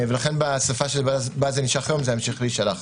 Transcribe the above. ולכן בשפה שבה זה נשלח היום זה ימשיך להישלח.